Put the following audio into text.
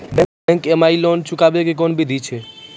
Bank माई loan चुकाबे के कोन बिधि छै?